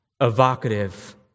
evocative